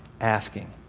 asking